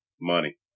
money